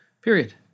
period